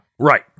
Right